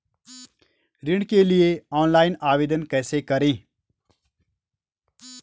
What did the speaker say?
ऋण के लिए ऑनलाइन आवेदन कैसे करें?